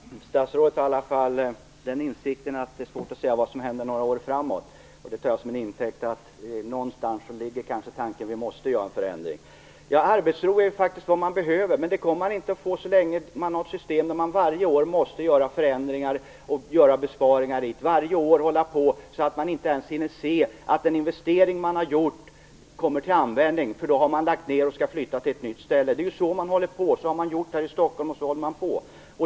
Fru talman! Statsrådet har i varje fall den insikten att det är svårt att säga vad som händer några år framåt i tiden. Det tar jag som intäkt för att någonstans ligger kanske tanken att vi måste göra en förändring. Arbetsro är faktiskt vad personalen behöver. Men det kommer den inte att få så länge som man har ett system där man varje år måste göra förändringar och besparingar så att man inte ens hinner se att den investering man har gjort kommer till användning, eftersom man då har lagt ned och skall flytta till ett nytt ställe. Det har man gjort här i Stockholm, och så håller man på.